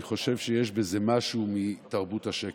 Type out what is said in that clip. אני חושב שיש בזה משהו מתרבות השקר.